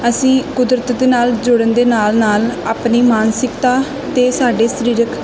ਅਸੀਂ ਕੁਦਰਤ ਦੇ ਨਾਲ ਜੁੜਨ ਦੇ ਨਾਲ ਨਾਲ ਆਪਣੀ ਮਾਨਸਿਕਤਾ ਅਤੇ ਸਾਡੇ ਸਰੀਰਕ